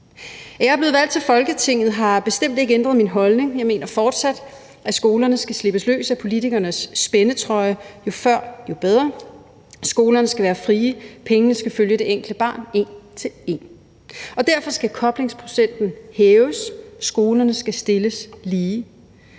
jeg er blevet valgt til Folketinget, har bestemt ikke ændret min holdning. Jeg mener fortsat, at skolerne skal slippes løs af politikernes spændetrøje, jo før jo bedre. Skolerne skal være frie, pengene skal følge det enkelte barn en til en. Derfor skal koblingsprocenten hæves, skolerne skal stilles lige.